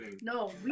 No